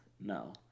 No